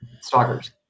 stalkers